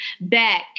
back